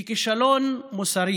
היא כישלון מוסרי